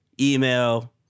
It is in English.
email